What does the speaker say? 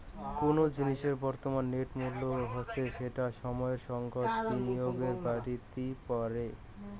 কুনো জিনিসের বর্তমান নেট মূল্য হসে যেটা সময়ের সঙ্গত বিনিয়োগে বাড়তি পারে